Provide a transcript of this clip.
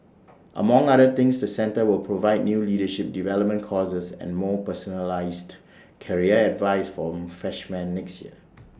among other things the centre will provide new leadership development courses and more personalised career advice from freshman next year